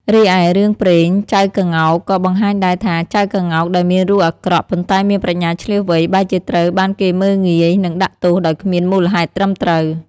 រីឯរឿងព្រេង ចៅក្ងោក ក៏បង្ហាញដែរថា ចៅក្ងោកដែលមានរូបអាក្រក់ ប៉ុន្តែមានប្រាជ្ញាឈ្លាសវៃ បែរជាត្រូវបានគេមើលងាយ និងដាក់ទោសដោយគ្មានមូលហេតុត្រឹមត្រូវ។